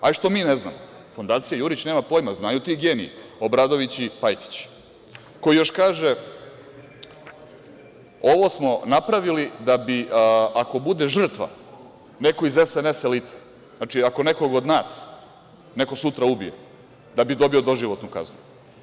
Ajde što mi ne znamo, Fondacija „Jurić“ nema pojma, znaju ti geniji, Obradović i Pajtić koji još kaže – Ovo smo napravili da bi ako bude žrtva neko iz SNS elite, znači ako nekog od nas neko sutra ubije da bi dobio doživotnu kaznu.